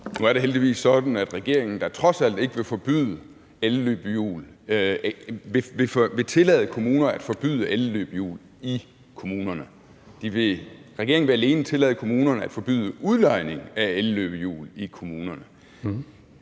Nu er det heldigvis sådan, at regeringen da trods alt ikke vil tillade kommuner at forbyde elløbehjul i kommunerne. Regeringen vil alene tillade kommunerne at forbyde udlejning af elløbehjul i kommunerne.